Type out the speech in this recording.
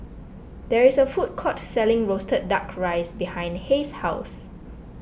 there is a food court selling Roasted Duck Rice behind Hays' house